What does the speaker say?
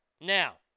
now